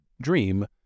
dream